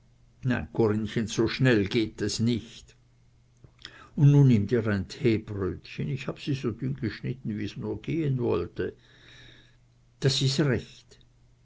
so schnell geht es nich un nu nimm dir ein teebrötchen ich habe sie so dünn geschnitten wie's nur gehen wollte das ist recht